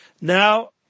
Now